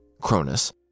Cronus